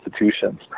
institutions